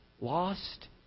lost